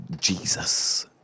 Jesus